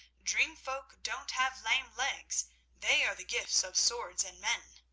dream-folk don't have lame legs they are the gifts of swords and men.